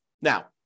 Now